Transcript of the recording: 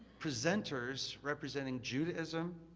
presenters representing judaism,